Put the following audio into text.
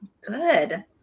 good